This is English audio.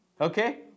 Okay